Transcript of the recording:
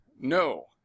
no